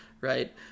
right